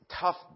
tough